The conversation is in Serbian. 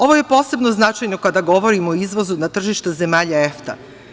Ovo je posebno značajno kada govorimo o izvozu na tržištu zemalja EFTA.